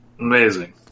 Amazing